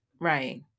Right